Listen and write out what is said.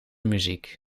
muziek